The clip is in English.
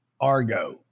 Argo